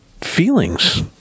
feelings